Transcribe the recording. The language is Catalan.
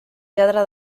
lladra